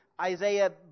Isaiah